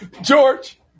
George